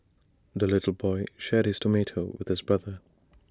the little boy shared his tomato with his brother